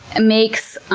makes